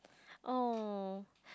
oh